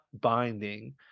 binding